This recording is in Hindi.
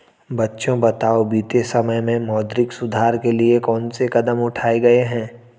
बच्चों बताओ बीते समय में मौद्रिक सुधार के लिए कौन से कदम उठाऐ गए है?